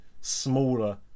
smaller